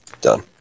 Done